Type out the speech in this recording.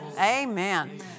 Amen